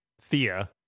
Thea